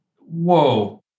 Whoa